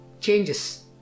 Changes